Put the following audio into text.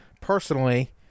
personally